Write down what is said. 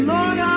Lord